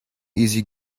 easy